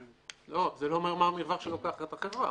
זה לא אומר מה המרווח שלוקחת החברה.